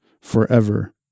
forever